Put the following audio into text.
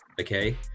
okay